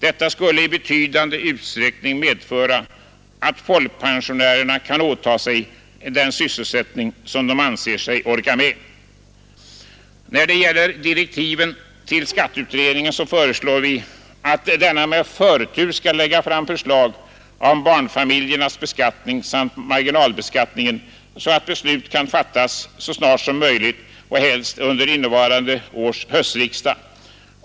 Detta skulle i betydande utsträckning medföra att folkpensionärerna kunde åta sig den sysselsättning som de anser sig orka med. När det gäller direktiven till skatteutredningen föreslår vi att denna med förtur skall lägga fram förslag om beskattningen av barnfamiljerna samt om marginalskatterna, så att beslut kan fattas så snart som möjligt och helst under innevarande års höstriksdag.